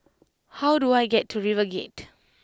how do I get to RiverGate